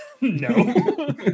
No